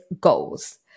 goals